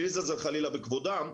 בלי לזלזל חלילה בכבודם,